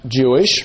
Jewish